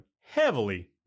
heavily